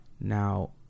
now